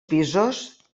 pisos